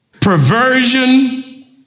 perversion